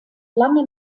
lange